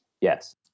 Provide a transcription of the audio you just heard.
yes